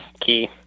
key